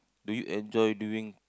do you enjoy doing